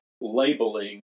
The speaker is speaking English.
labeling